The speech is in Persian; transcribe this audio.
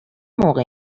موقع